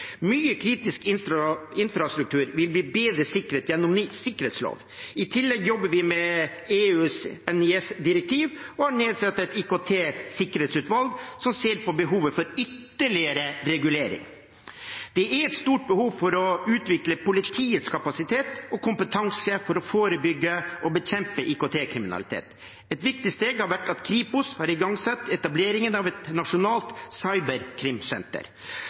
Mye kritisk infrastruktur vil bli bedre sikret gjennom ny sikkerhetslov. I tillegg jobber vi med EUs NIS-direktiv og har nedsatt et IKT-sikkerhetsutvalg som ser på behovet for ytterligere regulering. Det er et stort behov for å utvikle politiets kapasitet og kompetanse for å forebygge og bekjempe IKT-kriminalitet. Et viktig steg har vært at Kripos har igangsatt etableringen av et nasjonalt cyberkrimsenter.